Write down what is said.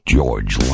George